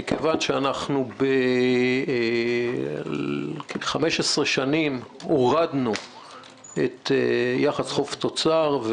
מכיוון שאנחנו ב-15 שנים הורדנו את יחס חוב תוצר,